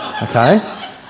Okay